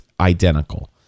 identical